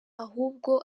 ahubwo